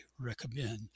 recommend